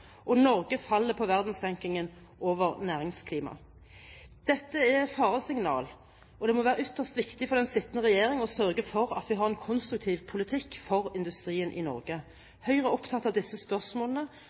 og Norge faller på verdensrankingen over næringsklima. Dette er faresignaler, og det må være ytterst viktig for den sittende regjering å sørge for at vi har en konstruktiv politikk for industrien i